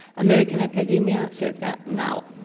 american academia circa now.